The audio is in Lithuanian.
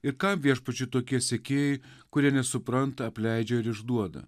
ir ką viešpačiui tokie sekėjai kurie nesupranta apleidžia ir išduoda